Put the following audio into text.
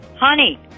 honey